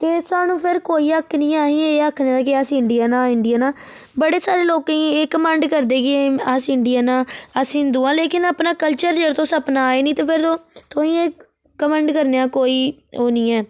ते सानू फिर कोई हक्क नी ऐ एह् आखने दा कि अस इंडियन आं इंडियन आं बड़े सारे लोग एह् घमंड करदे कि अस इंडियन आं अस्स हिंदू आं लेकिन अपना कल्चर जे तुस अपनाए नी ते फिर तुहेंगी एह् घमंड करने दा कोई ओह् नी ऐ